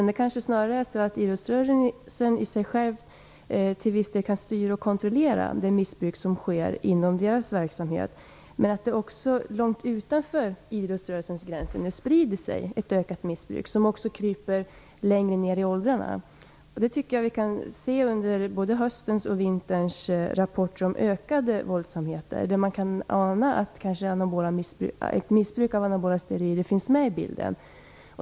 Det kanske snarare är så att idrottsrörelsen till viss del kan styra och kontrollera det missbruk som sker inom idrottsrörelsens verksamhet, men att det också långt utanför idrottsrörelsens gränser nu sprider sig ett ökat missbruk, som också kryper längre ner i åldrarna. Det tycker jag att vi har kunnat se i höstens och vinterns rapporter om ökade våldsamheter. Där kan man ana att ett missbruk av anabola steroider finns med i bilden.